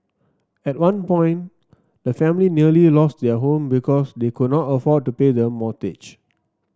at one point the family nearly lost their home because they could not afford to pay the mortgage